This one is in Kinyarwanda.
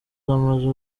z’amajwi